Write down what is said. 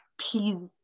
please